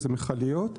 שזה מכליות,